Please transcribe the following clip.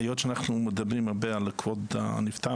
היות שאנחנו מדברים הרבה על כבוד הנפטר